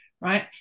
right